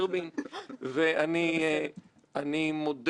אני רוצה להעיר כמה הערות מן הזווית שלי.